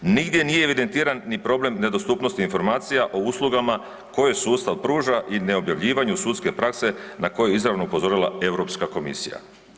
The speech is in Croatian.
Nigdje nije evidentiran ni problem nedostupnosti informacija o usluga koje sustav pruža i neobjavljivanju sudske prakse na koje je izravno upozorila Europska komisija.